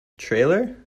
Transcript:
trailer